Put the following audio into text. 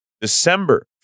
December